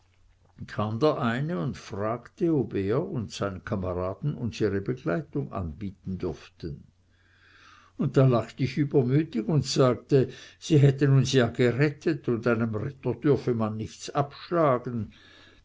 kam der eine und fragte ob er und sein kamerad uns ihre begleitung anbieten dürften und da lacht ich übermütig und sagte sie hätten uns ja gerettet und einem retter dürfe man nichts abschlagen